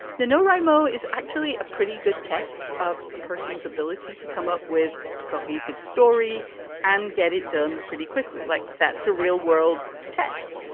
no, raymo is actually a pretty good test of a person's ability to come up with a cohesive story and get it done pretty quickly. like that's a real world test.